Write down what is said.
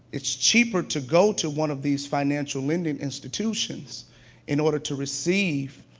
it's cheaper to go to one of these financial lending institutions in order to receive,